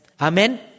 Amen